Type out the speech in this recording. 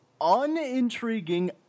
unintriguing